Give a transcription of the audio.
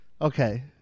Okay